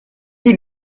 des